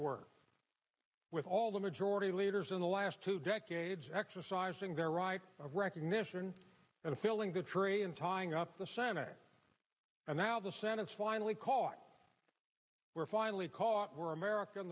worked with all the majority leaders in the last two decades exercising their right of recognition and filling the tree and tying up the senate and now the senate is finally caught we're finally caught we're america